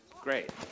great